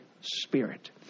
spirit